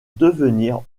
devenir